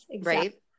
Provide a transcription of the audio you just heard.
Right